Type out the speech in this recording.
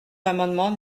l’amendement